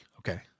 Okay